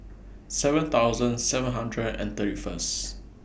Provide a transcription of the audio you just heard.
seven thousand seven hundred and thirty First